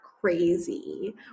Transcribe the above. Crazy